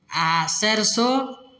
आ सैरसो